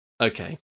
Okay